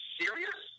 serious